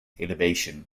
elevation